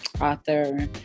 author